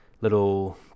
little